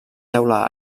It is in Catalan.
teula